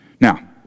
Now